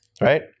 right